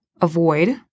avoid